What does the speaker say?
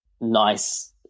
nice